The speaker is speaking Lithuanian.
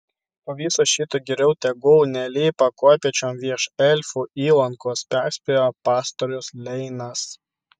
po viso šito geriau tegul nelipa kopėčiom virš elfų įlankos perspėjo pastorius leinas